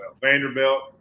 Vanderbilt